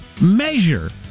measure